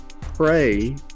Pray